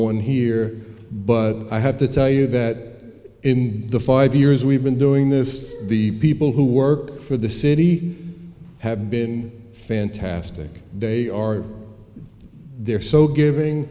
one here but i have to tell you that in the five years we've been doing this the people who work for the city have been fantastic they are they're so giving